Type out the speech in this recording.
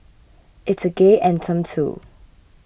it's a gay anthem too